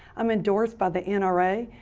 i'm endorsed by the n r a,